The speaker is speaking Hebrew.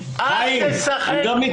חיים, חיים, אני לא --- אל תשחק פוליטיקה.